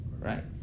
right